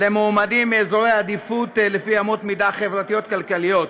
למועמדים מאזורי עדיפות לפי אמות מידה חברתיות-כלכליות.